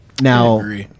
Now